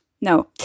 no